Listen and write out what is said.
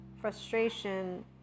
frustration